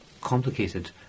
complicated